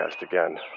again